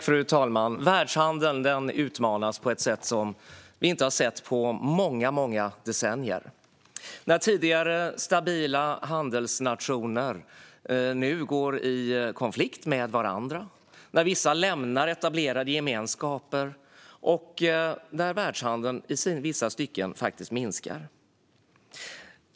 Fru talman! Världshandeln utmanas på ett sätt som vi inte har sett på många, många decennier. Tidigare stabila handelsnationer går nu i konflikt med varandra, vissa lämnar etablerade gemenskaper och världshandeln minskar faktiskt i vissa stycken.